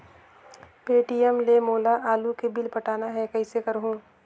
Paytm ले मोला आलू के बिल पटाना हे, कइसे करहुँ?